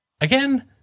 Again